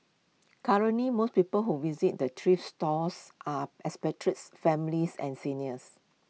currently most people who visit the thrift stores are expatriates families and seniors